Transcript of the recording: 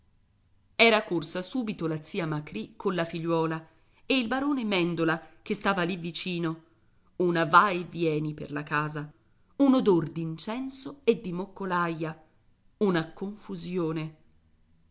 era corsa subito la zia macrì colla figliuola e il barone mèndola che stava lì vicino una va e vieni per la casa un odor d'incenso e di moccolaia una confusione